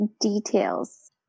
details